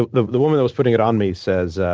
ah the the woman that was putting it on me says,